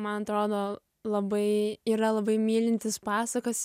man atrodo labai yra labai mylintys pasakas